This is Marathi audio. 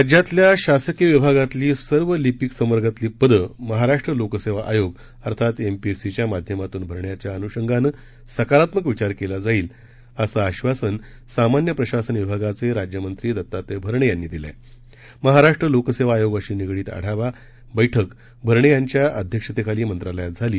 राज्यातल्या शासकीय विभागातल्या सर्व लिपिक संवर्गातील पदं महाराष्ट्र लोकसद्मी आयोग अर्थात एमपीएससीच्या माध्यमातून भरण्याच्या अनुषंगानं सकारात्मक विचार कला जाईल असं आश्वासन सामान्य प्रशासन विभागाच रिज्यमंत्री दत्तात्रय भरणज्ञानी दिलं आह अहाराष्ट्र लोकसद्ती अयोगाशी निगडित आढावा बैठक भरण विंच्या अध्यक्षतखिली मंत्रालयात झाली